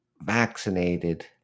vaccinated